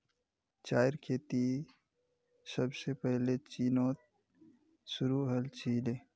चायेर खेती सबसे पहले चीनत शुरू हल छीले